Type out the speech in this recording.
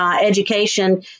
education